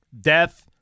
death